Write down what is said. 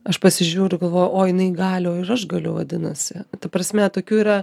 aš pasižiūriu galvoju o jinai gali o ir aš galiu vadinasi ta prasme tokių yra